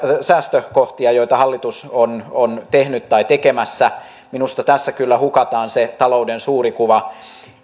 säästökohtia joita hallitus on on tehnyt tai tekemässä minusta tässä kyllä hukataan se talouden suuri kuva